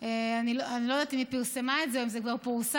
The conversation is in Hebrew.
אני לא יודעת אם היא פרסמה את זה או אם זה כבר פורסם,